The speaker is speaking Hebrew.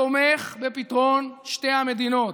תומך בפתרון "שתי המדינות",